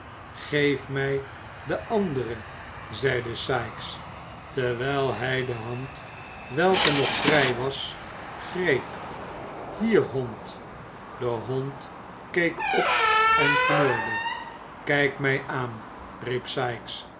geef mij de andere zeide sikes terwijl hij de hand welke nog vrij was greep hier hond de hond keek op en knorde kijk mij aan riep